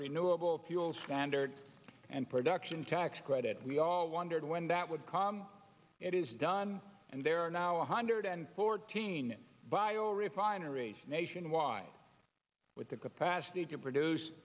renewable fuel standard and production tax credit we all wondered when that would come it is done and there are now one hundred and fourteen byo refineries nationwide with the capacity to produce